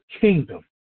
kingdom